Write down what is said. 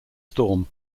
storm